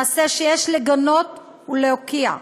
מעשה שיש לגנות ולהוקיע,